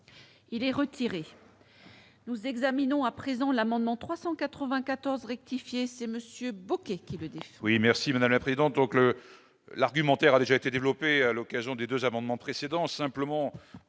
Il est retiré. Nous examinons à présent l'amendement 394 rectifier c'est Monsieur Bocquet qui le dit.